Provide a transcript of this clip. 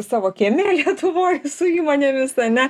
savo kieme lietuvoj su įmonėmis ane